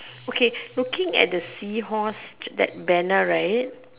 okay looking at the sea horse that banner right